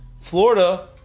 Florida